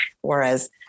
whereas